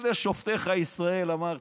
אלה שופטיך ישראל, אמרתי.